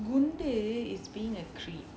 குண்டு:gundu is being a creep